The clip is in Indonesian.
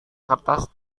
kertas